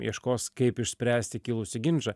ieškos kaip išspręsti kilusį ginčą